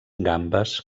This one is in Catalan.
gambes